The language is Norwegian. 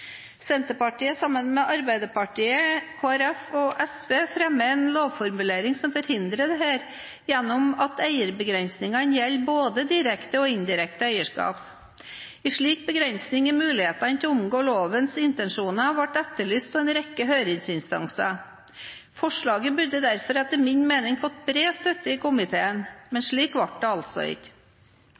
Senterpartiet, sammen med Arbeiderpartiet, Kristelig Folkeparti og SV, fremmer en lovformulering som forhindrer dette gjennom at eierbegrensningene gjelder både direkte og indirekte eierskap. En slik begrensning i mulighetene til å omgå lovens intensjoner ble etterlyst av en rekke høringsinstanser. Forslaget burde derfor etter min mening fått bred støtte i komiteen, men slik ble det altså ikke.